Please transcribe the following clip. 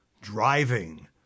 driving